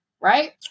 right